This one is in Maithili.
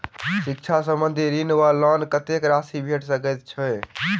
शिक्षा संबंधित ऋण वा लोन कत्तेक राशि भेट सकैत अछि?